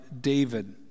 David